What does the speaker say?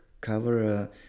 cover